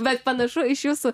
bet panašu iš jūsų